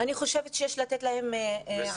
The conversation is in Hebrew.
אני חושבת שיש לתת להן עדיפות.